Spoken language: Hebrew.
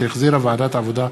שהחזירה ועדת העבודה,